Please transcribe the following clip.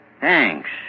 Thanks